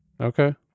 Okay